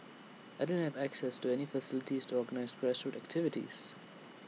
I didn't have access to any facilities to organise grassroots activities